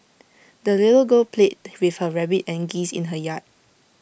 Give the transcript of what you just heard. the little girl played with her rabbit and geese in her yard